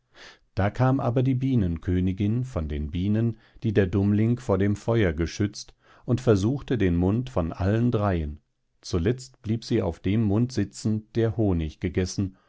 da kam aber die bienenkönigin von den bienen die der dummling vor dem feuer geschützt und versuchte den mund von allen dreien zuletzt blieb sie auf dem mund sitzen der honig gegessen